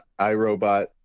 iRobot